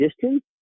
distance